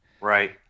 Right